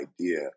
idea